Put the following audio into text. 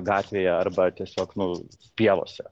gatvėje arba tiesiog nu pievose